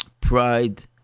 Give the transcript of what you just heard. pride